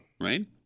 Right